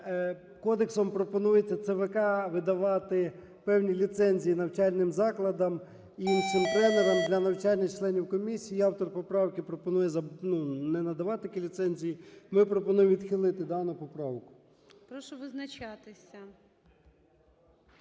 кодексом пропонується ЦВК видавати певні ліцензії навчальним закладам і іншим тренерам для навчання членів комісії. І автор поправки пропонує не надавати такі ліцензії. Ми пропонуємо відхилити дану поправку. ГОЛОВУЮЧИЙ. Прошу визначатися.